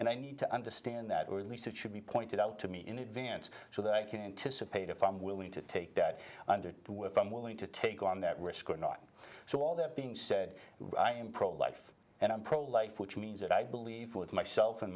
and i need to understand that it would least it should be pointed out to me in advance so that qantas a paid if i'm willing to take that under do if i'm willing to take on that risk or not so all that being said i am pro life and i'm pro life which means that i believe with myself and